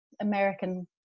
American